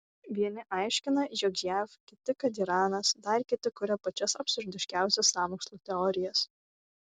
vieni aiškina jog jav kiti kad iranas dar kiti kuria pačias absurdiškiausias sąmokslų teorijas